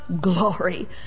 glory